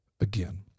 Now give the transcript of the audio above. again